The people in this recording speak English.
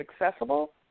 accessible